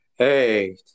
Hey